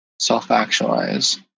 self-actualize